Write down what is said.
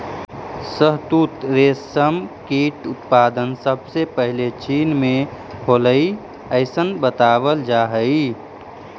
शहतूत रेशम कीट उत्पादन सबसे पहले चीन में होलइ अइसन बतावल जा हई